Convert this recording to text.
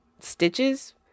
stitches